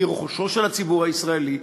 היא רכושו של הציבור הישראלי,